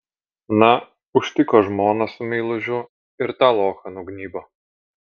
na užtiko žmoną su meilužiu ir tą lochą nugnybo